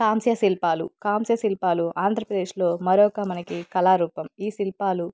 కాంస్య శిల్పాలు కాంస్య శిల్పాలు ఆంధ్రప్రదేశ్లో మరొక మనకి కళారూపం ఈ శిల్పాలు